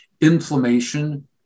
inflammation